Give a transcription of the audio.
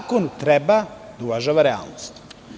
Zakon treba da uvažava realnost.